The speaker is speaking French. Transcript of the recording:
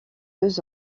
deux